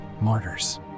Martyrs